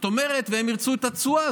והם ירצו את התשואה,